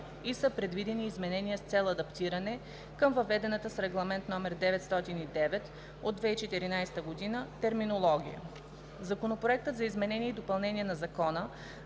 и са предвидени изменения с цел адаптиране към въведената с Регламент (ЕС) № 909/2014 терминология. Законопроектът за изменение и допълнение на Закона